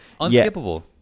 Unskippable